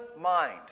mind